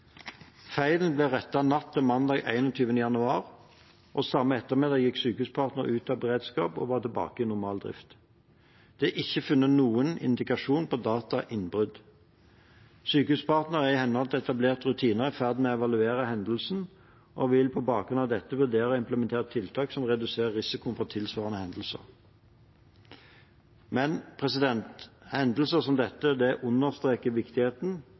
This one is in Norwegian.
Feilen ble rettet natt til mandag 21. januar, og samme ettermiddag gikk Sykehuspartner ut av beredskap og var tilbake i normal drift. Det er ikke funnet noen indikasjon på datainnbrudd. Sykehuspartner er i henhold til etablerte rutiner i ferd med å evaluere hendelsen og vil på bakgrunn av dette vurdere å implementere tiltak som reduserer risikoen for tilsvarende hendelser. Hendelser som dette understreker viktigheten